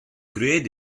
gred